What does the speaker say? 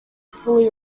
fully